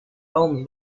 only